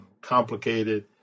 complicated